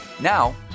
Now